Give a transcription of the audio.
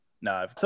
No